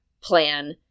plan